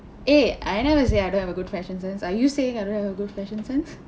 eh I never say I don't have a good fashion sense are you saying I don't have a good fashion sense